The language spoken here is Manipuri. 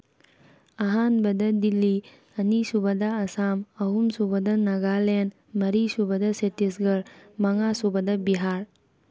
ꯑꯍꯥꯟꯕꯗ ꯗꯦꯜꯂꯤ ꯑꯅꯤ ꯁꯨꯕꯗ ꯑꯁꯥꯝ ꯑꯍꯨꯝ ꯁꯨꯕꯗ ꯅꯥꯒꯥꯂꯦꯟ ꯃꯔꯤ ꯁꯨꯕꯗ ꯁꯠꯇꯤꯁꯒꯔ ꯃꯉꯥ ꯁꯨꯕꯗ ꯕꯤꯍꯥꯔ